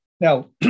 Now